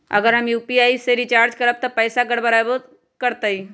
अगर हम यू.पी.आई से रिचार्ज करबै त पैसा गड़बड़ाई वो करतई?